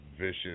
vicious